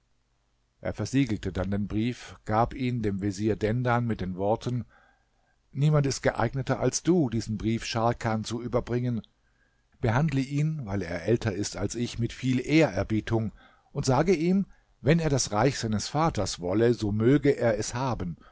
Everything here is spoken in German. er versiegelte dann den brief gab ihn dem vezier dendan mit den worten niemand ist geeigneter als du diesen brief scharkan zu überbringen behandle ihn weil er älter ist als ich mit viel ehrerbietung und sage ihm wenn er das reich seines vaters wolle so möge er es haben